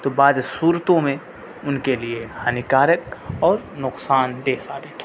تو بعض صورتوں میں ان کے لیے ہانیکارک اور نقصان دہ ثابت ہوگا